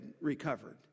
recovered